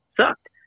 sucked